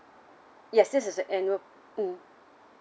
yes this is the annual mm